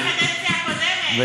זה